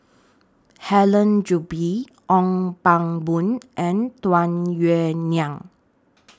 Helen Gilbey Ong Pang Boon and Tung Yue Nang